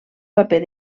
paper